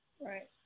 Right